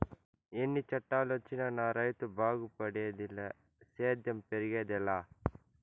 ఎన్ని చట్టాలొచ్చినా నా రైతు బాగుపడేదిలే సేద్యం పెరిగేదెలా